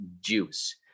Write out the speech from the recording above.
juice